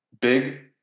big